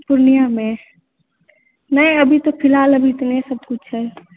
पूर्णियामे नै अभी तऽ फिलहाल अभी तऽ इतने सब कुछ छै